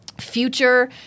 future